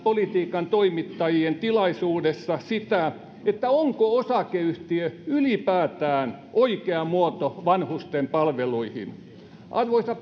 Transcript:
politiikan toimittajien tilaisuudessa sitä onko osakeyhtiö ylipäätään oikea muoto vanhustenpalveluihin arvoisa